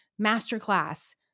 masterclass